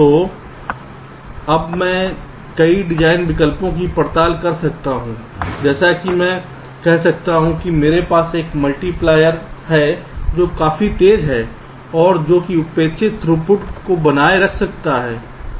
तो अब मैं कई डिज़ाइन विकल्पों की पड़ताल कर सकता हूं जैसे मैं कह सकता हूं कि मेरे पास एक मल्टीप्लायर है जो काफी तेज है जो कि अपेक्षित थ्रूपुट को बनाए रख सकता है